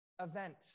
event